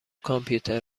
کامپیوتر